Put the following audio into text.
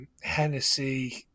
Hennessy